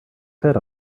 fed